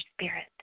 spirit